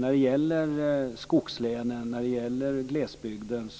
När det gäller skogslänen och glesbygden